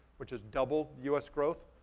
which is double us growth,